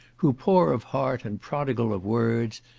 who, poor of heart, and prodigal of words,